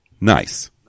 Nice